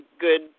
good